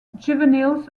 juveniles